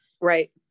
Right